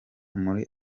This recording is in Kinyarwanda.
muri